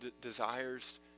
desires